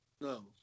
No